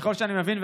ככל שאני מבין,